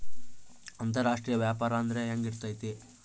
ಅಂತರಾಷ್ಟ್ರೇಯ ವ್ಯಾಪಾರ ಅಂದ್ರೆ ಹೆಂಗಿರ್ತೈತಿ?